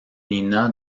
nina